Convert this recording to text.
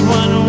one